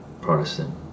Protestant